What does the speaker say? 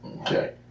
Okay